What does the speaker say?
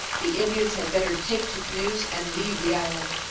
the indians had better take to canoes and leave the island.